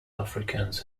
africans